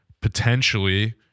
potentially